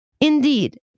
Indeed